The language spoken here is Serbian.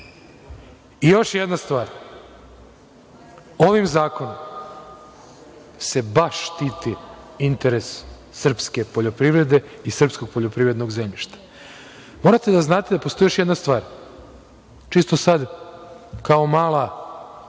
I još jedna stvar, ovim zakonom se baš štiti interes srpske poljoprivrede i srpskog poljoprivrednog zemljišta. Morate da znate da postoji još jedna stvar, čisto sad kao mala